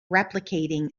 replicating